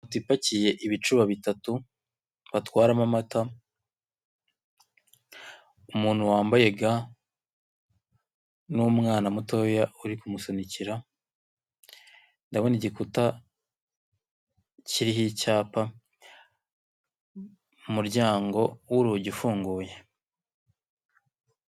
Moto ipakiye ibicuba bitatu batwaramo amata, umuntu wambaye ga n'umwana mutoya uri kumusunikira, ndabona igikuta kiriho icyapa umuryango w'urugi ufunguye.